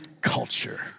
culture